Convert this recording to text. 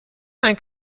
ein